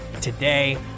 today